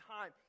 time